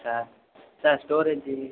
sir sir storage